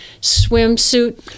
swimsuit